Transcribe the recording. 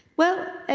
well, ah